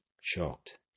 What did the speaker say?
Shocked